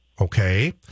Okay